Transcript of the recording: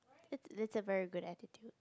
that's that's a very good attitude